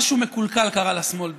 משהו מקולקל קרה לשמאל בישראל.